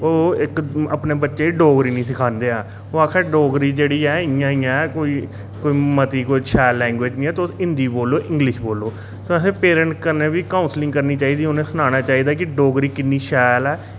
ओह् इक अपने बच्चें गी डोगरी निं सखांदे हैन ओह् आखदे डोगरी जेह्ड़ी ऐ इंया इंया ऐ कोई कोई मती कोई शैल लैंग्वेज़ निं ऐ तुस हिंदी बोलो इंग्लिश बोलो ते असें पेरैंट्स कन्नै बी काउसलिंग करनी चाहिदी उनेंगी सनाना चाहिदा कि डोगरी किन्नी शैल ऐ